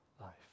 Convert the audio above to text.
life